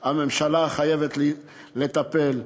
הממשלה חייבת לטפל.